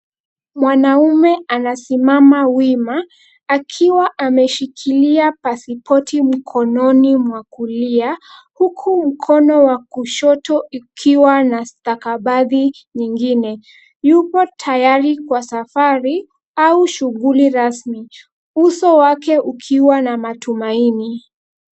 Mwanaume anasimama wima akiwa ameshikilia pasipoti mkononi mwa kulia, huku mkono wa kushoto ukiwa na stakabadhi nyingine. Yupo tayari kwa safari au shughuli rasmi, uso wake ukiwa na matumaini.